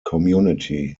community